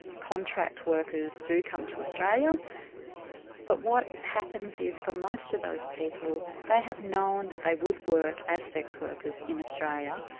contract workers do come to australia but, what happens is for most of those people, they have known that they would work as sex workers in australia,